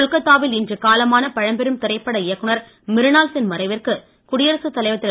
கொல்கத்தாவில் இன்று காலமான பழம்பெரும் திரைப்பட இயக்குனர் மிருனாள் சென் மறைவிற்கு குடியரசு தலைவர் திரு